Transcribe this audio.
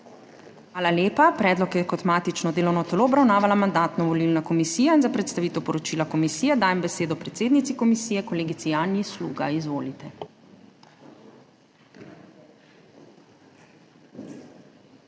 Hvala lepa. Predlog je kot matično delovno telo obravnavala Mandatno-volilna komisija. Za predstavitev poročila komisije dajem besedo predsednici komisije kolegici Janji Sluga. Izvolite.